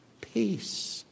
Peace